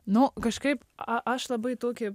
nu kažkaip aš labai tokį